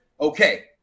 Okay